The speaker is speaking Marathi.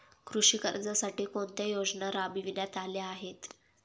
कृषी कर्जासाठी कोणत्या योजना राबविण्यात आल्या आहेत?